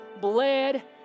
bled